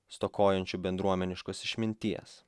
stokojančiu bendruomeniškos išminties